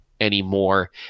anymore